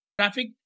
traffic